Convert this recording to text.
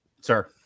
sir